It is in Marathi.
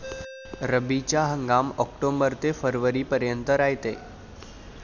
रब्बीचा हंगाम आक्टोबर ते फरवरीपर्यंत रायते